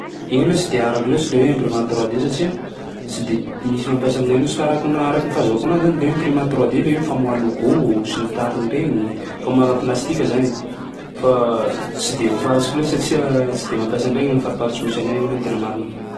Igny aloha tsy de harako loatsy le hoe imprimante trois D satsia tsy de misy mampiasa aminay mihitsy fa araky n- araky ny fahazoako anazy zany de hoe imprimante trois D le hoe famoaha logo sy ny tariny regny, famoaha raha plastika zany e. Fa tsy de voafaritsiko loatsy satsia tsy de mampiasa an'iregny am'fariparitsy misy anay agny aloha ny tena marina.